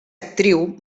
actriu